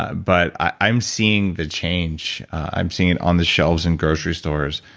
ah but i'm seeing the change. i'm seeing it on the shelves in grocery stores.